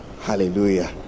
hallelujah